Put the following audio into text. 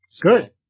good